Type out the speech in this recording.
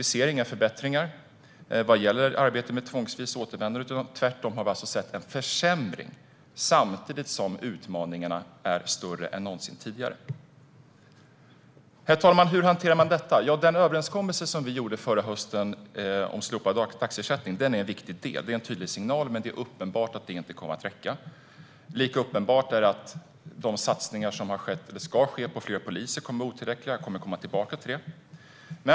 Vi ser inga förbättringar vad gäller arbetet med tvångsvist återvändande, utan tvärtom ser vi en försämring samtidigt som utmaningarna är större än någonsin tidigare. Herr talman! Hur hanterar man detta? Den överenskommelse som vi gjorde förra hösten om slopad dagersättning är en viktig del. Det är en tydlig signal, men det är uppenbart att det inte kommer att räcka. Lika uppenbart är att de satsningar som har skett eller som ska ske på fler poliser kommer att vara otillräckliga. Jag kommer tillbaka till det.